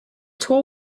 tour